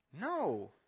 No